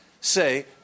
say